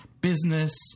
business